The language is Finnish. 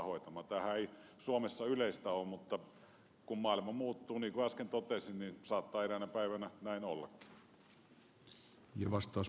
tämähän ei suomessa yleistä ole mutta kun maailma muuttuu niin kuin äsken totesin niin saattaa eräänä päivänä näin ollakin